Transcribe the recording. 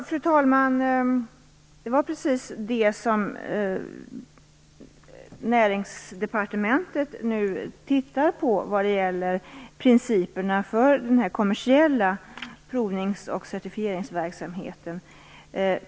Fru talman! Det är precis det som Näringsdepartementet nu tittar på vad gäller principerna för den kommersiella provnings och certifieringsverksamheten.